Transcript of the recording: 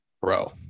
bro